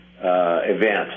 event